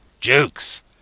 Jukes